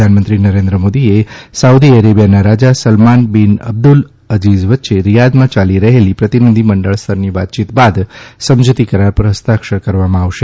પ્રધાનમંત્રી નરેન્દ્ર મોદી અ સાઉદી અરેબિયાના રાજા સલમાન બિન અબ્દુલ અજીઝ વચ્ચે રીયાદમાં યાલી રહેલી પ્રતિનિધિમંડળ સ્તરની વાતચીત બાદ સમજૂતી કરાર પર હસ્તાક્ષર કરવામાં આવશે